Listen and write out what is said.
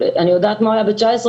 אני יודעת מה היה ב-2019,